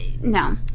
no